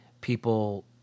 people